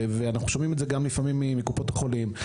ואנחנו שומעים את זה גם מקופות החולים